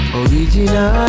original